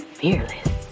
fearless